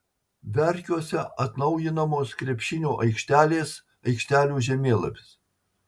verkiuose atnaujinamos krepšinio aikštelės aikštelių žemėlapis